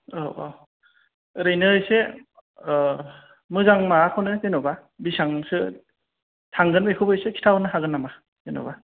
औ औ ओरैनो इसे मोजां माबाखौनो जेन'बा बेसेबांसो थांगोन बेखौबो इसे खिन्था हरनो हागोन नामा जेन'बा